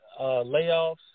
layoffs